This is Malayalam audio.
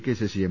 K Sasi M